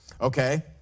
Okay